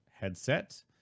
headset